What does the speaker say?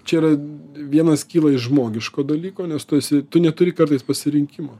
čia yra vienos kyla iš žmogiško dalyko nes tu esi tu neturi kartais pasirinkimo